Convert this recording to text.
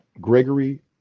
Gregory